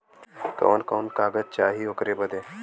कवन कवन कागज चाही ओकर बदे?